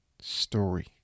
story